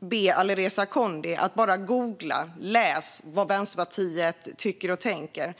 be Alireza Akhondi att bara googla och läsa vad Vänsterpartiet tycker och tänker.